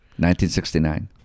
1969